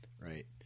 right